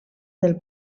del